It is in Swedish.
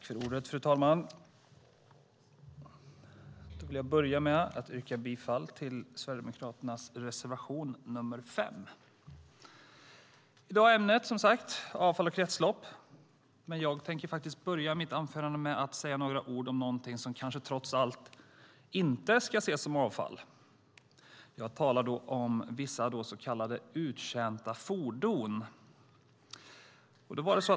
Fru talman! Jag vill börja med att yrka bifall till Sverigedemokraternas reservation 5. I dag är ämnet avfall och kretslopp. Men jag tänker faktiskt börja mitt anförande med att säga några ord om något som trots allt kanske inte ska ses som avfall. Jag talar då om vissa så kallade uttjänta fordon.